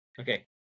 Okay